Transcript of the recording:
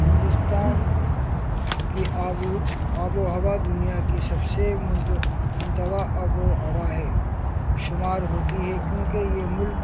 ہندوستان کی آب آب و ہوا دنیا کی سب سے مختلف آب و ہوا ہے شمار ہوتی ہے کیونکہ یہ ملک